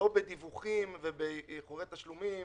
לא בדיווחים ובאיחורי תשלומים.